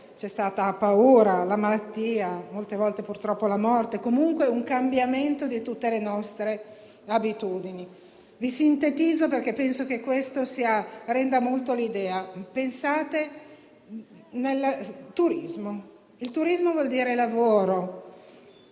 c'è stata la paura, la malattia, molte volte purtroppo la morte e comunque sono cambiate tutte le nostre abitudini. Sintetizzo, perché penso che quello che sto per dire renda molto l'idea. Pensate al turismo: turismo vuol dire lavoro,